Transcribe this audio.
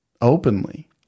openly